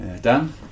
Dan